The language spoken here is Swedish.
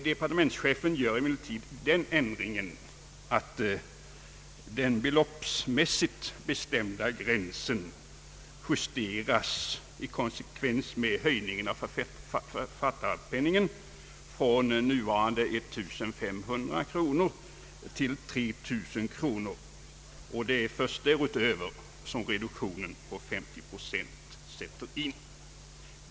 Departements chefen gör emellertid den ändringen att den beloppsmässigt bestämda gränsen i konsekvens med höjningen av författarpenningen justeras från nuvarande 1500 kronor till 3 000 kronor. Det är först därutöver som reduktionen om 50 pocent sätter in.